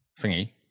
thingy